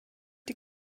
die